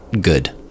good